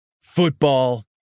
Football